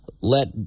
let